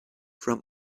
from